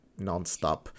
nonstop